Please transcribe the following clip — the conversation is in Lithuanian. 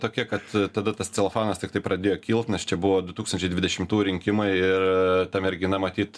tokia kad tada tas celefonas tiktai pradėjo kilt nes čia buvo du tūkstančiai dvidešimtų rinkimai ir ta mergina matyt